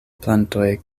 plantoj